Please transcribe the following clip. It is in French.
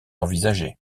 envisagées